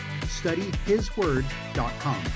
studyhisword.com